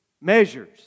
measures